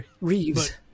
Reeves